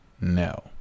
no